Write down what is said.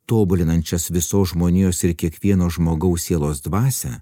tobulinančias visos žmonijos ir kiekvieno žmogaus sielos dvasią